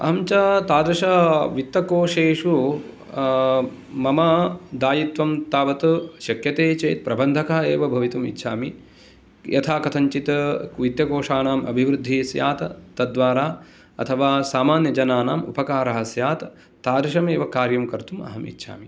च तादृश वित्तकोषेषु मम दायित्वं तावत् शक्यते चेत् प्रबन्धकः एव भवितुमिच्छामि यथा कथञ्चित् वित्तकोषाणाम् अभिवृद्धिः स्यात् तद्द्वारा अथवा सामान्यजनानां उपकारः स्यात् तादृशमेव कार्यं कर्तुम् अहम् इच्छामि